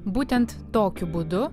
būtent tokiu būdu